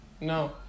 No